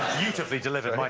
beautifully delivered,